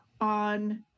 on